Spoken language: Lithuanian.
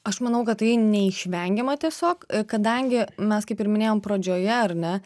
aš manau kad tai neišvengiama tiesiog kadangi mes kaip ir minėjom pradžioje ar ne